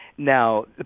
Now